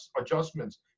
adjustments